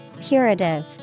Curative